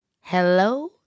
Hello